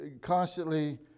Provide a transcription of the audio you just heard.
constantly